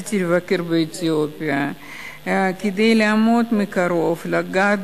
והחלטתי לבקר באתיופיה כדי לעמוד מקרוב ולגעת